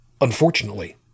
unfortunately